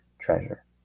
treasure